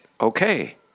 okay